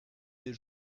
des